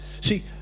See